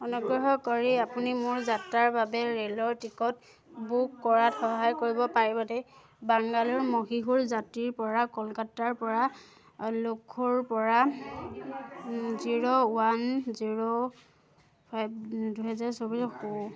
অনুগ্ৰহ কৰি আপুনি মোৰ যাত্ৰাৰ বাবে ৰে'লৰ টিকট বুক কৰাত সহায় কৰিব পাৰিবনে বাংগালোৰ মহীশূৰ জাতিৰ পৰা কলকাতাৰ পৰা লক্ষ্ণৌৰ পৰা জিৰ' ৱান জিৰ' ফাইভ দুহেজাৰ চৌবিছ